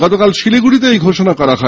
গতকাল শিলিগুড়িতে এই ঘোষণা করা হয়